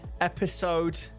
episode